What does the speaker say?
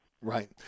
Right